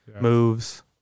moves